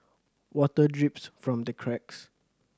water drips from the cracks